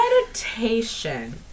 Meditation